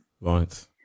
Right